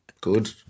good